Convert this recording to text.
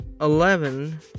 eleven